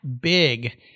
big